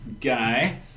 guy